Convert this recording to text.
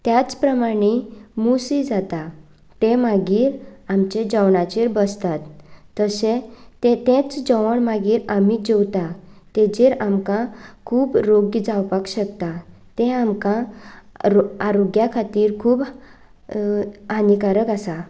त्याच प्रमाणे मूसां जातात ते मागीर आमचे जेवणाचेर बसतात तशें तें तेंच जेवण मागीर आमी जेवतात ताचेर आमकां खूब रोगी जावपाक शकता तें आमकां रो आरोग्या खातीर खूब हानिकारक आसा